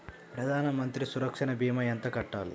ప్రధాన మంత్రి సురక్ష భీమా ఎంత కట్టాలి?